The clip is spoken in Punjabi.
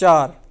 ਚਾਰ